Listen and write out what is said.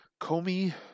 Comey